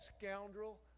scoundrel